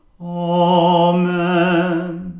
Amen